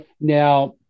Now